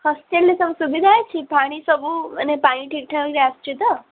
ହଷ୍ଟେଲ୍ରେ ସବୁ ସୁବିଧା ଅଛି ପାଣି ସବୁ ମାନେ ପାଣି ଠିକ୍ଠାକ୍ ଆସୁଛି ତ